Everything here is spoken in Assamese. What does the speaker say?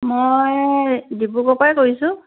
মই ডিব্ৰুগড়ৰপৰাই কৰিছোঁ